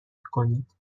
کنید